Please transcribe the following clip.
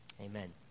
amen